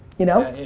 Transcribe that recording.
you know.